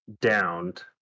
downed